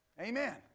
Amen